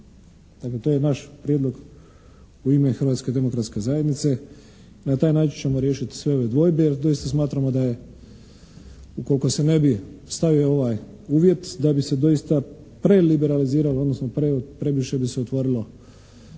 zajednice i na taj način ćemo riješiti sve ove dvojbe jer doista smatramo da je ukoliko se ne bi stavio ovaj uvjet, da bi se doista preliberaliziralo odnosno previše bi se otvorilo tržište